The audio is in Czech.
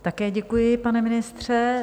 Také děkuji, pane ministře.